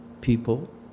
people